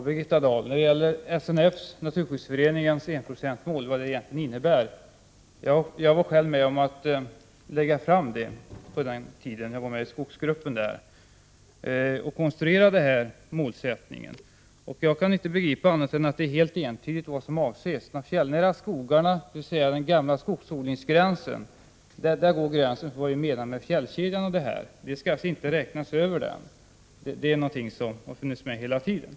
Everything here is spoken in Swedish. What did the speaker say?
Herr talman! När det gäller vad Svenska naturskyddsföreningens enprocentsmål egentligen innebär, vill jag säga till Birgitta Dahl att jag själv var med om att konstruera denna målsättning när jag var med i Naturskyddsföreningens skogsgrupp. Jag kan inte begripa annat än att det är helt entydigt vad som avses: Det är den gamla skogsodlingsgränsen som utgör gränsen för vad vi menar med fjällkedjan, och de fjällnära skogarna skall alltså inte räknas över den gränsen. Detta är någonting som har funnits med hela tiden.